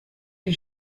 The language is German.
die